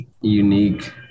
unique